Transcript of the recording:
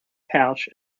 pouch